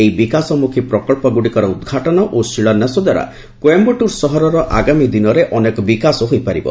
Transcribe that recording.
ଏହି ବିକାଶମ୍ରଖୀ ପ୍ରକଚ୍ଚଗ୍ରଡ଼ିକର ଉଦ୍ଘାଟନ ଓ ଶିଳାନ୍ୟାସଦ୍ୱାରା କୋଏମ୍ଘାଟ୍ରର୍ ସହରର ଆଗାମୀ ଦିନରେ ଅନେକ ବିକାଶ ହୋଇପାରିବ